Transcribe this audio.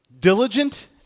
diligent